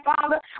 Father